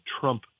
Trump